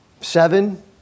seven